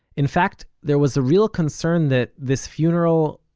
in fact, there was a real concern that this funeral,